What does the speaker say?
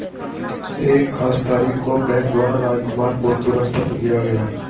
एक खास तारीख को बैंक द्वारा राजकुमार को तुलन पत्र दिया गया